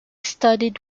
studied